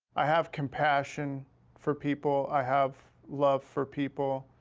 i have compassion for people, i have love for people,